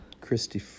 Christy